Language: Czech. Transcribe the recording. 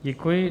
Děkuji.